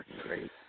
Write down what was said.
great